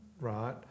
right